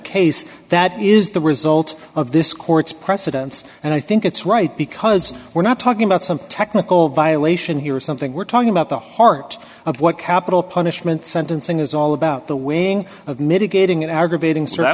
case that is the result of this court's precedents and i think it's right because we're not talking about some technical violate and here is something we're talking about the heart of what capital punishment sentencing is all about the winning of mitigating aggravating